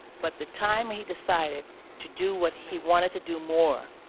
but the time he decided to do what he wanted to do more.